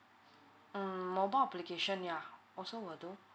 mm mobile application yeah also will do